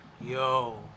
Yo